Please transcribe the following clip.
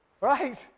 right